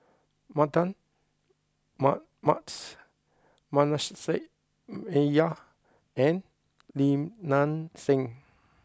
Mardan Mamats Manasseh Meyer and Lim Nang Seng